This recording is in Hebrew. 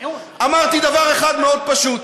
אמרתי דבר אחד מאוד פשוט: